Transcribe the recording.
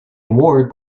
award